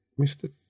Mr